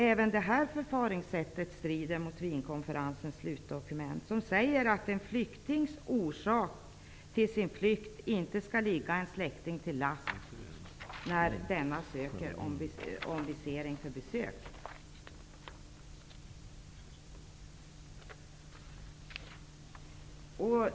Även det här förfaringssättet strider mot Wienkonferensens slutdokument, som säger att en flyktings orsak till flykten inte skall ligga en släkting till last när denne ansöker om visering för besök.